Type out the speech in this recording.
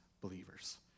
believers